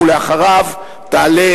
ואחריו תעלה